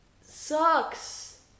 sucks